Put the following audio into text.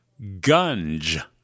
Gunge